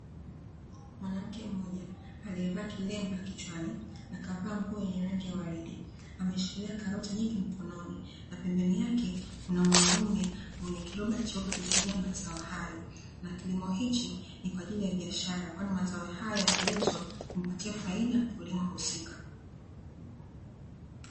Mwanamke mmoja, alievaa kilemba kichwani, akavaa nguo yenye rangi ya uwaridi, ameshikiria karoti nyingi mkononi na pembeni ake kuna mwanaume mwenye kiroba cheupe kilicho jaa mazao hayo na kilimo hichi ni kwa ajili ya biashara kwani mazao hayo yakiuzwa humpatia faida mkulima husika.